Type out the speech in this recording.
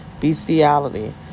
Bestiality